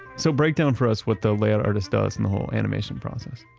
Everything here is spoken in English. so breakdown for us what the layout artist does in the whole animation process